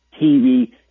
TV